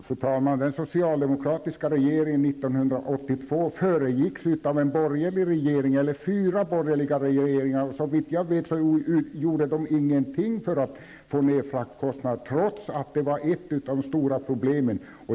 Fru talman! Den socialdemokratiska regering som tillträdde 1982 föregicks av fyra borgerliga regeringar, och såvitt jag vet gjorde de ingenting för att få ner fraktkostnaderna, trots att det var ett av de stora problemen.